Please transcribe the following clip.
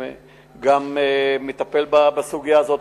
מטפל בסוגיה הזאת.